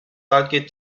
circuit